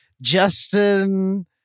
Justin